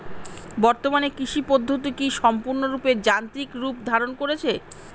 বর্তমানে কৃষি পদ্ধতি কি সম্পূর্ণরূপে যান্ত্রিক রূপ ধারণ করেছে?